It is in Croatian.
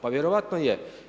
Pa vjerojatno je.